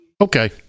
okay